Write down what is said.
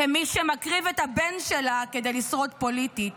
כמי שמקריב את הבן שלה כדי לשרוד פוליטית.